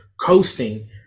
coasting